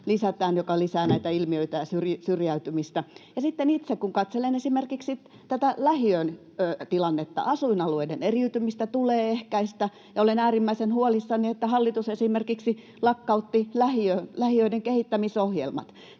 näitä ilmiöitä ja syrjäytymistä. Sitten itse kun katselen esimerkiksi lähiöiden tilannetta — asuinalueiden eriytymistä tulee ehkäistä — niin olen äärimmäisen huolissani, että hallitus esimerkiksi lakkautti lähiöiden kehittämisohjelmat.